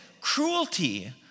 cruelty